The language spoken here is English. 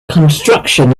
construction